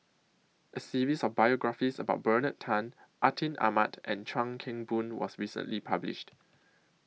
A series of biographies about Bernard Tan Atin Amat and Chuan Keng Boon was recently published